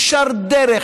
ישר דרך,